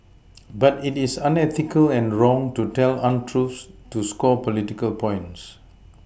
but it is unethical and wrong to tell untruths to score political points